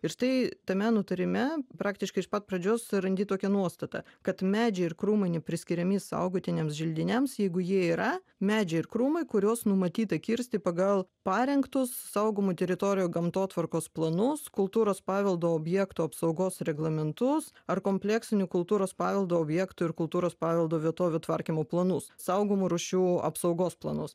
ir štai tame nutarime praktiškai iš pat pradžios randi tokią nuostatą kad medžiai ir krūmai nepriskiriami saugotiniems želdiniams jeigu jie yra medžiai ir krūmai kuriuos numatyta kirsti pagal parengtus saugomų teritorijų gamtotvarkos planus kultūros paveldo objektų apsaugos reglamentus ar kompleksinių kultūros paveldo objektų ir kultūros paveldo vietovių tvarkymo planus saugomų rūšių apsaugos planus